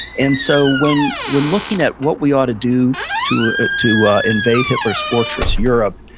and so when when looking at what we ought to do to to ah invade hitler's fortress europe,